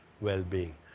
well-being